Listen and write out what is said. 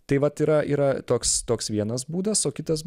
tai vat yra yra toks toks vienas būdas o kitas